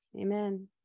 amen